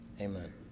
Amen